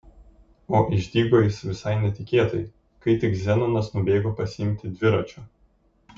o išdygo jis visai netikėtai kai tik zenonas nubėgo pasiimti dviračio